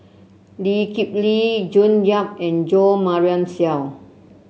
Lee Kip Lee June Yap and Jo Marion Seow